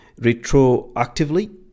retroactively